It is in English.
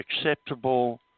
acceptable